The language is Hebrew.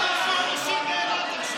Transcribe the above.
80% אבטלה.